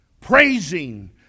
Praising